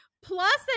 plus